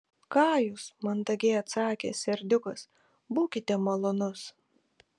ką jūs mandagiai atsakė serdiukas būkite malonus